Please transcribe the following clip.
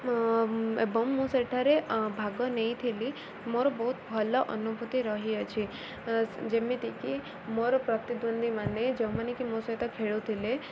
ଏବଂ ମୁଁ ସେଠାରେ ଭାଗ ନେଇଥିଲି ମୋର ବହୁତ ଭଲ ଅନୁଭୂତି ରହିଅଛି ଯେମିତିକି ମୋର ପ୍ରତିଦ୍ୱନ୍ଦୀମାନେ ଯୋଉମାନେ କି ମୋ ସହିତ ଖେଳୁଥିଲେ